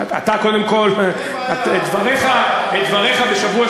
אין לנו בעיה.